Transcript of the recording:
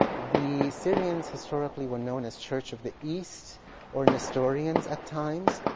the assyrians historically were known as church of the east or nestorians at times.